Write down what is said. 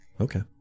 Okay